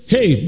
Hey